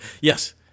Yes